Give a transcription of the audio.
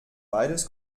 beides